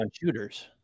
shooters